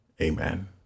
amen